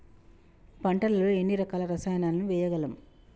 పంటలలో ఎన్ని రకాల రసాయనాలను వేయగలము?